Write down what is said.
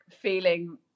feeling